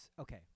okay